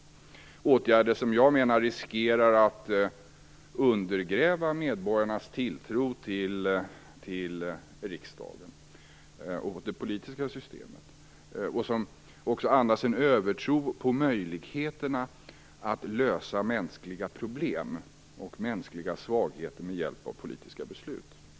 Dessa åtgärder menar jag riskerar att undergräva medborgarnas tilltro till riksdagen och det politiska systemet. De andas också en övertro på möjligheterna att lösa mänskliga problem och att komma till rätta med mänskliga svagheter med hjälp av politiska beslut.